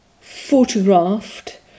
photographed